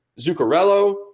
Zuccarello